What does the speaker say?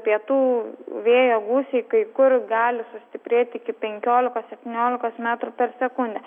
pietų vėjo gūsiai kai kur gali sustiprėti iki penkiolikos septyniolikos metrų per sekundę